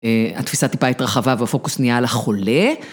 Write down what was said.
התפישה טיפה התרחבה והפוקוס נהיה על החולה.